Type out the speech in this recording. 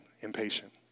impatient